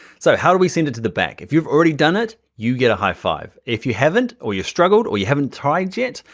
so how do we send it to the back? if you've already done it, you get a high five. if you haven't or you're struggled or you haven't tried yet,